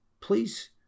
Please